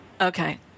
okay